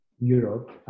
Europe